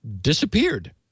disappeared